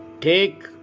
Take